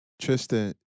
Tristan